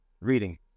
reading